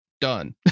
done